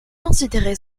considéré